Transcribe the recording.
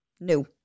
No